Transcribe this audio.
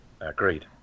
agreed